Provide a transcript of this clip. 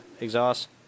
exhaust